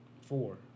four